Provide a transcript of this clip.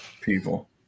people